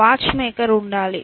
watch maker ఉండాలి